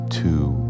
two